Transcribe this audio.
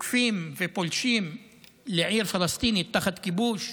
תוקפים ופולשים לעיר פלסטינית תחת כיבוש,